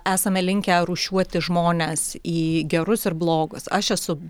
esame linkę rūšiuoti žmones į gerus ir blogos aš esu